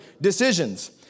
decisions